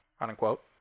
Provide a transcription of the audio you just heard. unquote